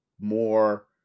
more